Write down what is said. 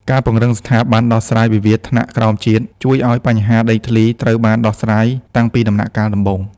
ការពង្រឹងស្ថាប័នដោះស្រាយវិវាទថ្នាក់ក្រោមជាតិ ជួយឱ្យបញ្ហាដីធ្លីត្រូវបានដោះស្រាយតាំងពីដំណាក់កាលដំបូង។